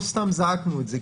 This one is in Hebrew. לא סתם זעקנו את זה.